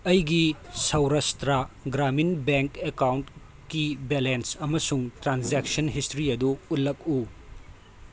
ꯑꯩꯒꯤ ꯁꯧꯔꯁꯇ꯭ꯔꯥ ꯒ꯭ꯔꯥꯃꯤꯟ ꯕꯦꯡ ꯑꯦꯀꯥꯎꯟꯒꯤ ꯕꯦꯂꯦꯟꯁ ꯑꯃꯁꯨꯡ ꯇ꯭ꯔꯥꯟꯖꯦꯛꯁꯟ ꯍꯤꯁꯇ꯭ꯔꯤ ꯑꯗꯨ ꯎꯠꯂꯛꯎ